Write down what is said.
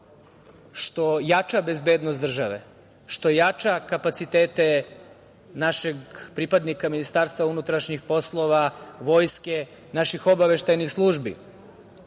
što jača bezbednost države, što jača kapacitete našeg pripadnika Ministarstva unutrašnjih poslova, vojske, naših obaveštajnih službi.